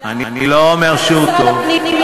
אני לא אומר שהוא טוב.